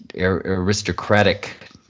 aristocratic